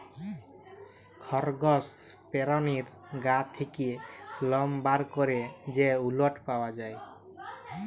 খরগস পেরানীর গা থ্যাকে লম বার ক্যরে যে উলট পাওয়া যায়